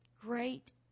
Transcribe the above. Great